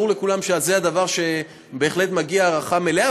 ברור לכולם שעל זה בהחלט מגיעה הערכה מלאה,